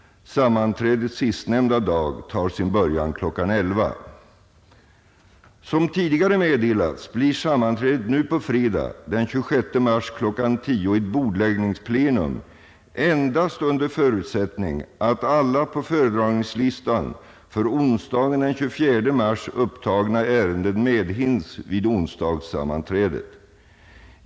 Sammanträdet sistnämnda dag tar sin början kl. 11.00. Såsom tidigare meddelats blir sammanträdet nu på fredag, den 26 mars kl. 10.00, ett bordläggningsplenum endast under förutsättning att alla på föredragningslistan för onsdagen den 24 mars upptagna ärenden medhinns vid onsdagssammanträdet.